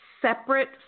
separate